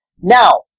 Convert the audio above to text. Now